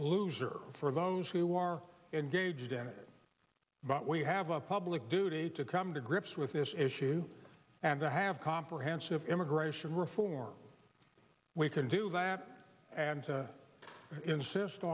loser for those who are engaged in it but we have a public duty to come to grips with this issue and to have comprehensive immigration reform we can do that and insist